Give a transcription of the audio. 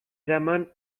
eraman